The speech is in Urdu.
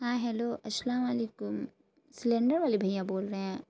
ہاں ہیلو السلام علیکم سلنڈر والے بھیاں بول رہے ہیں